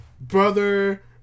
brother